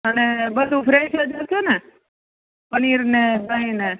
અને બધું ફ્રેશ જ હશે ને પનીર ને દહીં ને